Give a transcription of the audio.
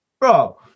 bro